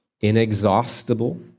inexhaustible